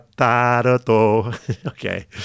Okay